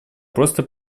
просто